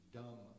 dumb